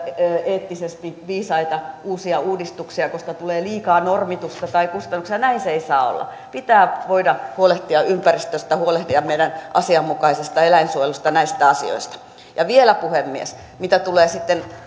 eettisesti viisaita uusia uudistuksia koska tulee liikaa normitusta tai kustannuksia näin se ei saa olla pitää voida huolehtia ympäristöstä huolehtia meidän asianmukaisesta eläinsuojelustamme näistä asioista vielä puhemies mitä tulee